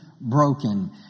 broken